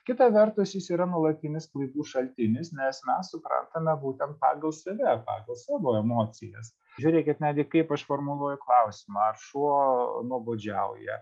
kita vertus jis yra nuolatinis klaidų šaltinis nes mes suprantame būtent pagal save pagal savo emocijas žiūrėkit netgi kaip aš formuluoju klausimą ar šuo nuobodžiauja